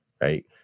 right